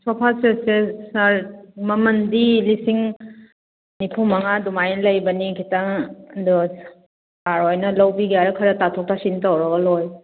sofa ꯁꯦꯠꯁꯦ ꯁꯥꯔ ꯃꯃꯟꯗꯤ ꯂꯤꯁꯤꯡ ꯅꯤꯐꯨꯃꯉꯥ ꯑꯗꯨꯃꯥꯏꯅ ꯂꯩꯕꯅꯤ ꯈꯤꯇꯪ ꯑꯗꯣ ꯁꯥꯔ ꯈꯣꯏꯅ ꯂꯧꯕꯤꯒꯦ ꯍꯥꯏꯔꯒ ꯈꯔ ꯇꯥꯊꯣꯛ ꯇꯥꯁꯤꯟ ꯇꯧꯔꯒ ꯂꯣꯏꯔꯦ